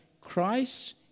Christ